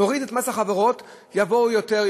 אם נוריד את המס החברות יבואו יותר,